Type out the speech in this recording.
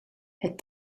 het